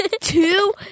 Two